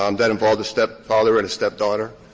um that involved a stepfather and stepdaughter.